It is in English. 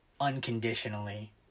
unconditionally